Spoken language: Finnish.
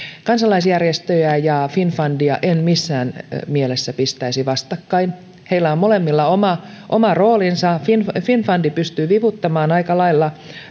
kansalaisjärjestöjä ja finnfundia en missään mielessä pistäisi vastakkain niillä on molemmilla oma oma roolinsa finnfund finnfund pystyy vivuttamaan aika lailla